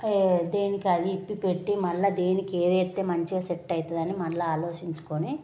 దేనికి అది విప్పి పెట్టి మళ్ళీ దేనికి ఏదైతే మంచిగా సెట్ అవుతుంది అని మళ్ళీ ఆలోచించుకొని